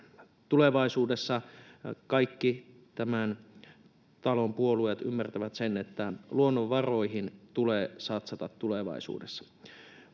tulevaisuudessa kaikki tämän talon puolueet ymmärtävät, että luonnonvaroihin tulee satsata tulevaisuudessa.